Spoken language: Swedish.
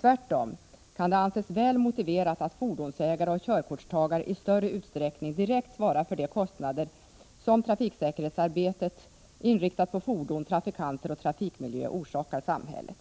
Tvärtom kan det anses väl motiverat att fordonsägare och körkortstagare i större utsträckning direkt svarar för de kostnader som trafiksäkerhetsarbetet inriktat på fordon, trafikanter och trafikmiljö orsakar samhället.